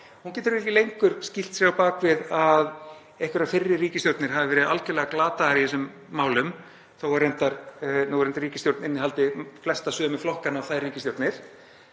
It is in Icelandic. Hún getur ekki lengur skýlt sér á bak við að einhverjar fyrri ríkisstjórnir hafi verið algerlega glataðar í þessum málum, þó að núverandi ríkisstjórn innihaldi reyndar flesta sömu flokkana og þær ríkisstjórnir.